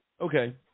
Okay